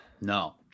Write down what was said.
No